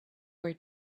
were